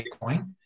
Bitcoin